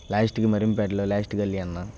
లాస్ట్కి మరింపేటలో లాస్ట్ గల్లీ అన్నా